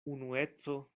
unueco